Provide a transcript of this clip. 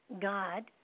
God